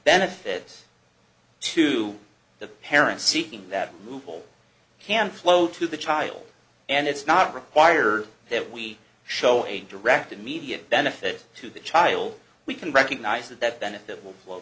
benefits to the parent seeking that move all can flow to the child and it's not required that we show a direct immediate benefit to the child we can recognize that that benefit will flow